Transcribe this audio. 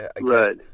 Right